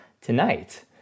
tonight